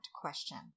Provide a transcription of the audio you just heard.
question